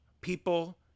people